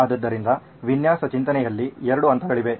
ಆದ್ದರಿಂದ ವಿನ್ಯಾಸ ಚಿಂತನೆಯಲ್ಲಿ ಎರಡು ಹಂತಗಳಿವೆ